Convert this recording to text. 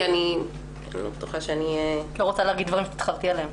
כי אני לא בטוחה שאני --- את לא רוצה להגיד דברים שתתחרטי עליהם.